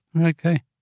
Okay